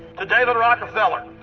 to david rockefeller,